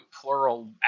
plural